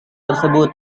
tersebut